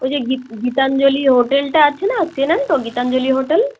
ওই যে গী গীতাঞ্জলি হোটেলটা আছে না চেনেন তো গীতাঞ্জলি হোটেল